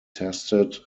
tested